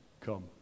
come